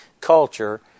culture